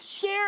share